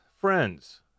friends